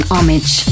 Homage